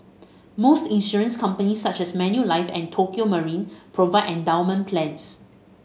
most insurance companies such as Manulife and Tokio Marine provide endowment plans